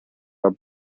are